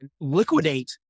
liquidate